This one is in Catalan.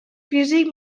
físic